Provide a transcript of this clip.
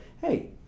Hey